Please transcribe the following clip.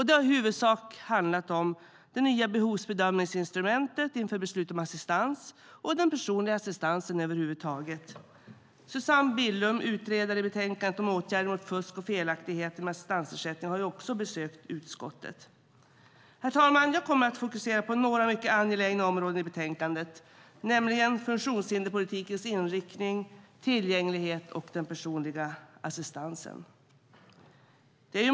Det har i huvudsak handlat om det nya behovsbedömningsinstrumentet inför beslut om assistans och den personliga assistansen över huvud taget. Susanne Billum, utredare av betänkandet Åtgärder mot fusk och felaktigheter med assistansersättning , har också besökt utskottet. Herr talman! Jag kommer att fokusera på några mycket angelägna områden i betänkandet, nämligen funktionshinderspolitikens inriktning, tillgänglighet och den personliga assistansen.